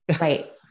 Right